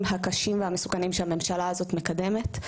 הקשים והמסוכנים שהממשלה הזאת מקדמת.